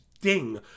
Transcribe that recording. ding